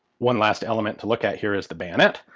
one last element to look at here is the bayonet,